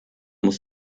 muss